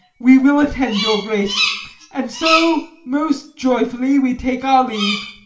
we will attend your grace and so, most joyfully, we take our leave.